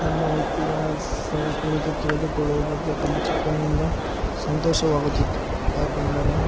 ನಮ್ಮ ಇತಿಹಾಸದ ಕುರಿತು ತಿಳಿದುಕೊಳ್ಳುವ ಬಗ್ಗೆ ತಮ್ಮ ಚಿಕ್ಕಾನಿಂದ ಸಂತೋಷವಾಗುತ್ತಿತ್ತು ಯಾಕೆಂದರೆ